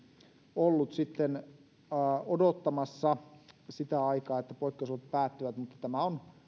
ollut odottamassa sitä aikaa että poikkeusolot päättyvät mutta on